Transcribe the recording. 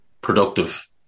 productive